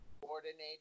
coordinated